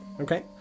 Okay